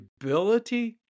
ability